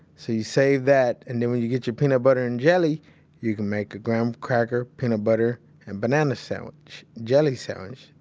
so you save that. and then when you get your peanut butter and jelly you can make a graham cracker, peanut butter and banana sandwich. jelly sandwich.